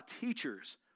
teachers